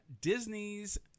Disney's